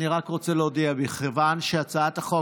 אני רק רוצה להודיע: מכיוון שהיו